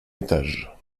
étage